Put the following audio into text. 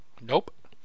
Nope